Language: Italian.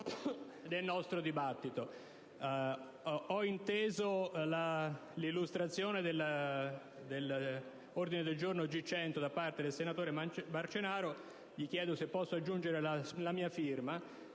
del nostro dibattito. Ho ascoltato l'illustrazione dell'ordine del giorno G100 da parte del senatore Marcenaro e gli chiedo se posso aggiungere la mia firma,